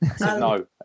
No